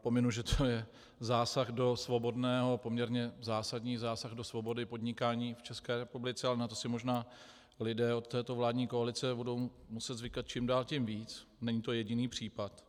Pominu, že to je poměrně zásadní zásah do svobody podnikání v České republice, ale na to si možná lidé od této vládní koalice budou muset zvykat čím dál tím víc, není to jediný případ.